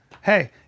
Hey